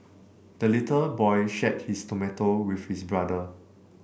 the little boy shared his tomato with his brother